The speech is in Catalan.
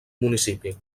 municipi